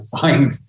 find